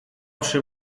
przy